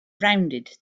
rounded